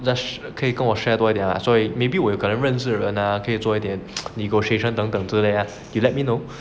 lash 可以跟我 share 多一点所以 maybe 可能我认识的人 and err 可以做一点 negotiation 等等之类 ah you let me know